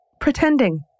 Pretending